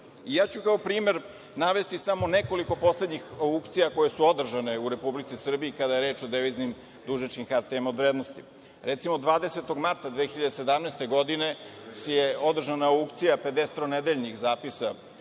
pozitivne. Kao primer ću navesti samo nekoliko poslednjih aukcija koje su održane u Republici Srbiji, kada je reč o deviznim dužničkim hartijama od vrednosti. Recimo, 20. marta 2017. godine održana je aukcija pedeset tronedeljnih zapisa